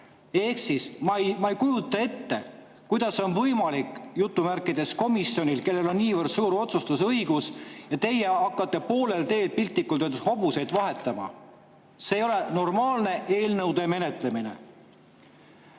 ta saali. Ma ei kujuta ette, kuidas on võimalik, et jutumärkides komisjonil on niivõrd suur otsustusõigus, ja teie hakkate poolel teed piltlikult öeldes hobuseid vahetama. See ei ole normaalne eelnõude menetlemine.